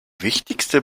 wichtigste